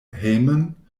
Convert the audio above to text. hejmon